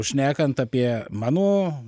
šnekant apie mano